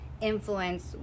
influence